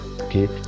okay